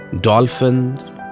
dolphins